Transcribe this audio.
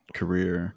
career